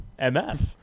MF